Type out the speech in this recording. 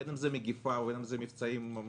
בין אם זה מגפה ובין אם זה מבצעים צבאיים,